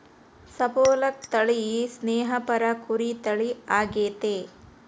Suffolk ತಳಿ ಸ್ನೇಹಪರ ಕುರಿ ತಳಿ ಆಗೆತೆ